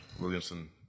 Williamson